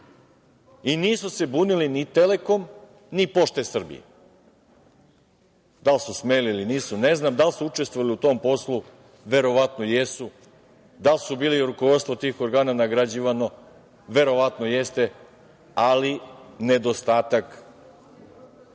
i nisu se bunili ni „Telekom“ ni „Pošte Srbije“. Da li su smeli ili nisu, ne znam. Da li su učestvovali u tom poslu? Verovatno jesu. Da li su bili, rukovodstvo tih organa nagrađivano? Verovatno jeste, ali nedostatak